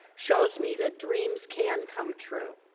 shows me that dreams can come true.